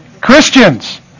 Christians